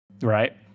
Right